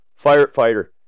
firefighter